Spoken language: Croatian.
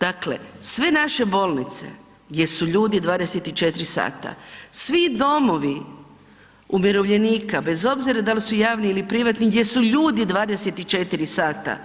Dakle, sve naše bolnice gdje su ljudi 24 sata, svi domovi umirovljenika, bez obzira da li su javni ili privatni, gdje su ljudi 24 sata,